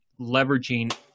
leveraging